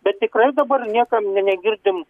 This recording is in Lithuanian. bet tikrai dabar niekam ne negirdim